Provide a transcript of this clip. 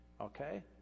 Okay